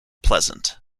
pleasant